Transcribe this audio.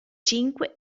cinque